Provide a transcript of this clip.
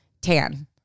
Tan